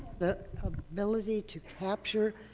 that ability to capture